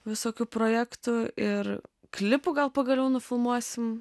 visokių projektų ir klipų gal pagaliau nufilmuosim